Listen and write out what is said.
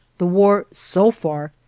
the war, so far,